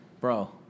bro